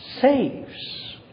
saves